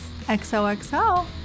xoxo